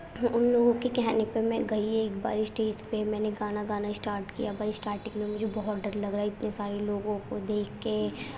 ان لوگوں کے کہنے پر میں گئی ایک بار اسٹیج پہ میں نے گانا گانا اسٹارٹ کیا پر اسٹاٹنگ میں مجھے بہت ڈر لگ رہا اتنے سارے لوگوں کو دیکھ کے